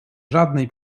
żadnej